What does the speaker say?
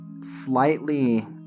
slightly